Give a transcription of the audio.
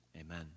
Amen